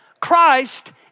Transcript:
Christ